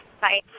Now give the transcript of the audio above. Bye